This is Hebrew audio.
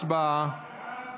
הצבעה.